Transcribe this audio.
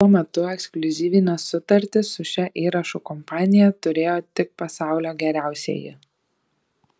tuo metu ekskliuzyvines sutartis su šia įrašų kompanija turėjo tik pasaulio geriausieji